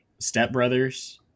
stepbrothers